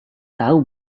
tahu